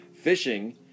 fishing